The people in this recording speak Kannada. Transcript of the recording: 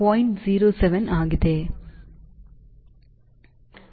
07 ಆಗಿದೆ